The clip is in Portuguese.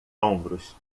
ombros